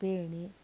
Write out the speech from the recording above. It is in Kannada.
ಪೇಣಿ